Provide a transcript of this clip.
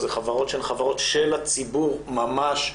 זה חברות שהן חברות של הציבור ממש,